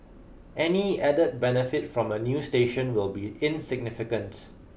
any added benefit from a new station will be insignificant